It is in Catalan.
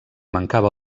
mancava